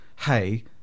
hey